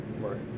right